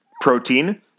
protein